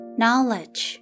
knowledge